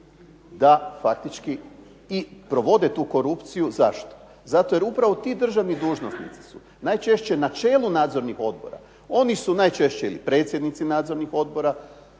da faktički i provode tu korupciju. Zašto? Zato jer upravo ti državni dužnosnici su najčešće na čelu nadzornih odbora. Oni su najčešće ili predsjednici nadzornih odbora